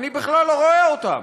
אני בכלל לא רואה אותם.